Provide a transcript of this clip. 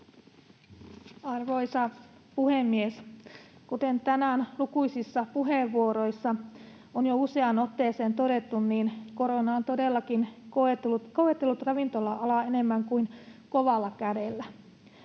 Arvoisa puhemies! Kuten tänään lukuisissa puheenvuoroissa on jo useaan otteeseen todettu, niin korona on todellakin koetellut ravintola-alaa enemmän kuin kovalla kädellä.